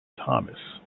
thomas